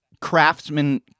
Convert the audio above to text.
craftsman